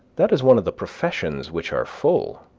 that is one of the professions which are full.